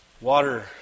water